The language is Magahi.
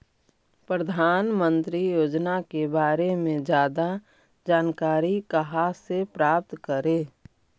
प्रधानमंत्री योजना के बारे में जादा जानकारी कहा से प्राप्त करे?